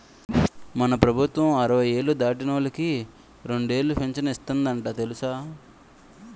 మన ప్రభుత్వం అరవై ఏళ్ళు దాటినోళ్ళకి రెండేలు పింఛను ఇస్తందట తెలుసా